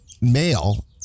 male